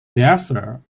thereafter